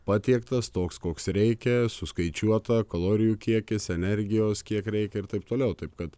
patiektas toks koks reikia suskaičiuota kalorijų kiekis energijos kiek reikia ir taip toliau taip kad